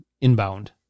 inbound